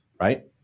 right